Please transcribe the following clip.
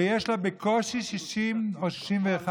שיש לה בקושי 60 או 61 מנדטים,